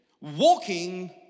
walking